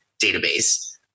database